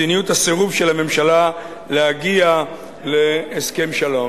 מדיניות הסירוב של הממשלה להגיע להסכם שלום.